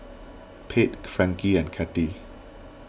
Pate Frankie and Kathy